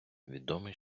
відомий